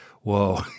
whoa